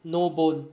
no bone